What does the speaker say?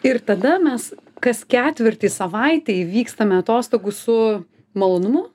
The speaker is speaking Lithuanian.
ir tada mes kas ketvirtį savaitei vykstame atostogų su malonumu